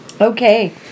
Okay